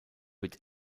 wird